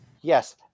Yes